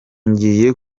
ngiye